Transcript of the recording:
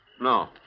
No